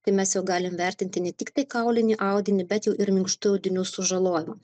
tai mes jau galim vertinti ne tik tai kaulinį audinį bet jau ir minkštų audinių sužalojimą